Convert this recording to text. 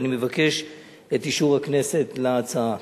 ואני מבקש את אישור הכנסת להצעה.